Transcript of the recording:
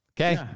Okay